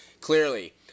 clearly